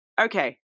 okay